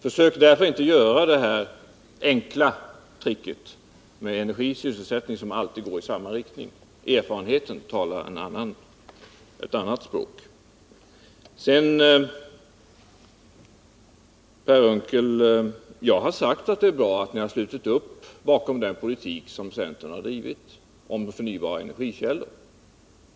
Försök därför inte med det enkla tricket att säga att energianvändning och sysselsättning alltid utvecklas i samma riktning. Erfarenheten talar ett annat språk. Jag har sagt, Per Unckel, att det är bra att ni har slutit upp bakom den politik som centern drivit beträffande förnybara energikällor.